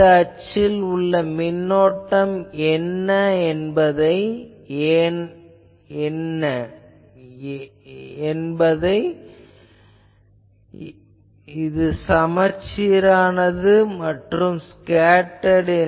இந்த அச்சில் உள்ள மின்னோட்டம் என்ன ஏனெனில் இது சமச்சீரானது மற்றும் ஸ்கேட்டர்டு